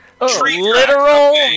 Literal